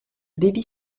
baby